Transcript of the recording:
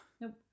Nope